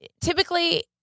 typically